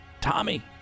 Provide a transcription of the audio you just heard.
Tommy